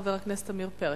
חבר הכנסת עמיר פרץ.